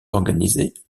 organisées